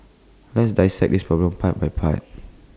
let's dissect this problem part by part